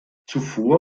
zuvor